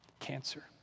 Cancer